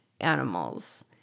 animals